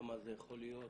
כמה זה יכול להיות